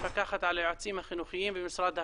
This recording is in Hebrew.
מפקחת על היועצים החינוכיים במשרד החינוך.